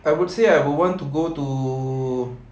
I would say I would want to go to